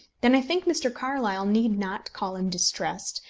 then i think mr. carlyle need not call him distressed,